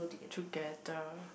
together